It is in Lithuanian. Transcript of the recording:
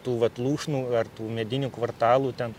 tų vat lūšnų ar tų medinių kvartalų ten